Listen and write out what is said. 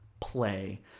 play